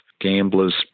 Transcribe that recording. gamblers